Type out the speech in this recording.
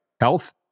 health